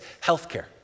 Healthcare